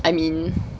I mean